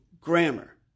grammar